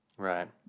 Right